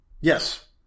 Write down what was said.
Yes